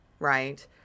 Right